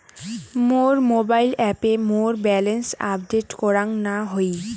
মোর mobile অ্যাপে মোর balance update করাং না হই